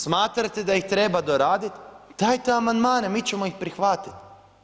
Smatrate da ih treba doraditi, dajte amandmane, mi ćemo ih prihvatiti.